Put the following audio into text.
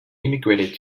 emigrated